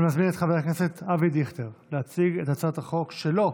אני מזמין את חבר הכנסת אבי דיכטר להציג את הצעת החוק שלו,